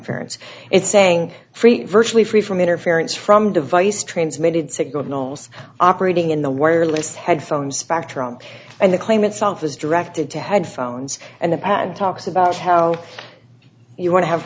erence it's saying free virtually free from interference from device transmitted signals operating in the wireless headphones spectrum and the claim itself is directed to headphones and ad talks about how you want to have